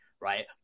right